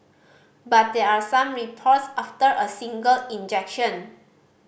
but there are some reports after a single injection